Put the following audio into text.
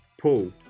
Paul